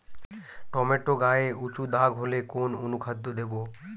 Tomato গায়ে উচু দাগ হলে কোন অনুখাদ্য দেবো?